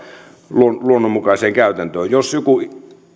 luonnonmukaiseen käytäntöön